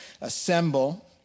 assemble